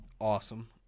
awesome